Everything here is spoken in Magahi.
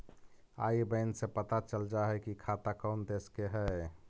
आई बैन से पता चल जा हई कि खाता कउन देश के हई